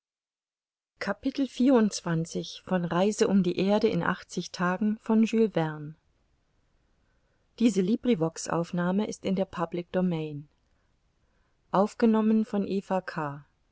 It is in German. die welt in achtzig tagen